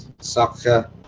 soccer